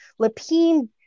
Lapine